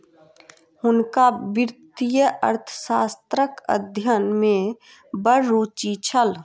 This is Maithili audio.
हुनका वित्तीय अर्थशास्त्रक अध्ययन में बड़ रूचि छल